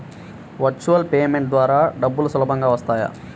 Virtual payment ద్వారా డబ్బులు సులభంగా వస్తాయా?